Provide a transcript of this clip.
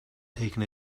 taken